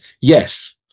yes